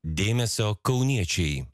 dėmesio kauniečiai